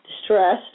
distressed